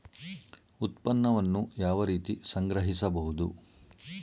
ಉತ್ಪನ್ನವನ್ನು ಯಾವ ರೀತಿ ಸಂಗ್ರಹಿಸಬಹುದು?